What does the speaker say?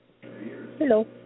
Hello